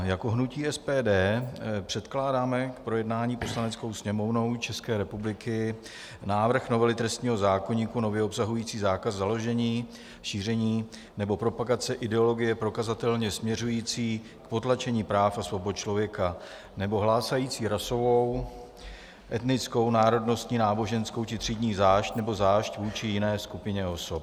Jako hnutí SPD předkládáme k projednání Poslaneckou sněmovnou České republiky návrh novely trestního zákoníku nově obsahující zákaz založení, šíření nebo propagace ideologie prokazatelně směřující k potlačení práv a svobod člověka nebo hlásající rasovou, etnickou, národnostní, náboženskou či třídní zášť nebo zášť vůči jiné skupině osob.